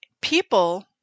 people